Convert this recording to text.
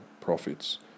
profits